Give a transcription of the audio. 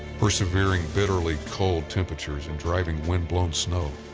persevering bitterly cold temperatures and driving wind-blown snow,